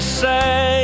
say